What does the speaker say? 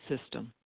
system